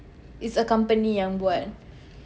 is a company yang buat